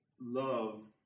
love